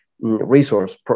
resource